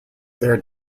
their